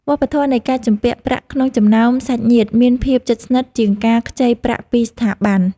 វប្បធម៌នៃការជំពាក់ប្រាក់ក្នុងចំណោមសាច់ញាតិមានភាពជិតស្និទ្ធជាងការខ្ចីប្រាក់ពីស្ថាប័ន។